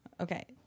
Okay